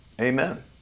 Amen